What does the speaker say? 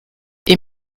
est